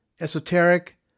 Esoteric